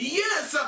yes